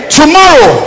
tomorrow